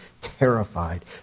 terrified